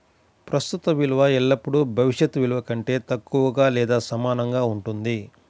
ప్రస్తుత విలువ ఎల్లప్పుడూ భవిష్యత్ విలువ కంటే తక్కువగా లేదా సమానంగా ఉంటుంది